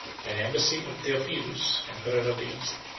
by an embassy of theophilus, emperor of the east,